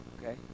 okay